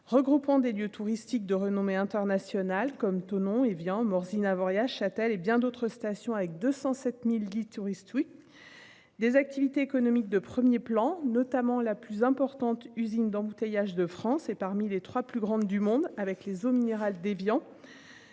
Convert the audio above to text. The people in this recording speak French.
Regroupant des lieux touristiques de renommée internationale comme Thonon Évian Morzine-Avoriaz Chatel et bien d'autres stations avec 207.000 lits touristiques. Des activités économiques de 1er plan notamment la plus importante usine d'embouteillage de France et parmi les 3 plus grandes du monde, avec les eaux minérales d'Évian.